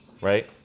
right